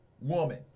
woman